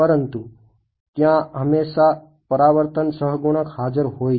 પરંતુ ત્યાં હમેશા પરાવર્તન સહગુણક હાજર હોય છે